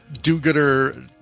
do-gooder